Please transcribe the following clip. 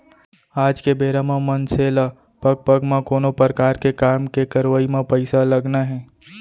आज के बेरा म मनसे ल पग पग म कोनो परकार के काम के करवई म पइसा लगना हे